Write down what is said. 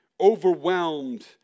overwhelmed